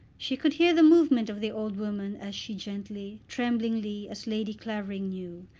she could hear the movement of the old woman as she gently, tremblingly, as lady clavering knew,